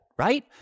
right